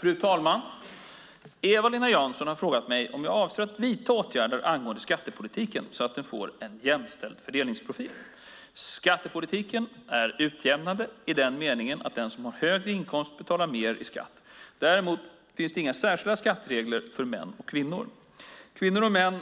Fru talman! Eva-Lena Jansson har frågat mig om jag avser att vidta åtgärder angående skattepolitiken så att den får en jämställd fördelningsprofil. Skattepolitiken är utjämnande i den meningen att den som har högre inkomster betalar mer skatt. Däremot finns det inga särskilda skatteregler för män och kvinnor. Kvinnor och män